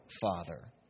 father